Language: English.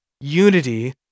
unity